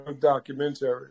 documentary